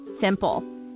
simple